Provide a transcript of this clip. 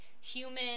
human